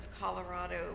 Colorado